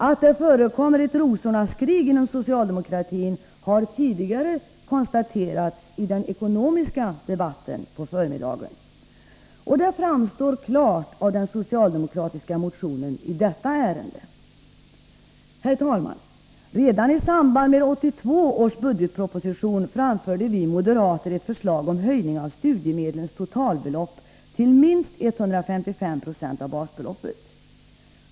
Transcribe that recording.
Att det förekommer ett ”rosornas krig” inom socialdemokratin har tidigare konstaterats i den ekonomiska debatten på förmiddagen, och det framstår klart av den socialdemokratiska motionen i detta ärende. Herr talman! Redan i samband med 1982 års budgetproposition framförde vi moderater ett förslag om höjning av studiemedlens totalbelopp till minst 155 26 av basbeloppet.